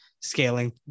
scaling